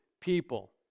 people